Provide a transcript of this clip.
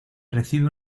recibe